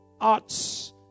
arts